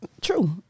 True